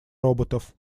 роботов